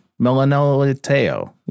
Melanoliteo